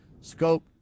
scope